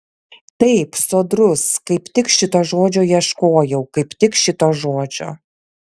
taip sodrus kaip tik šito žodžio ieškojau kaip tik šito žodžio